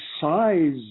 size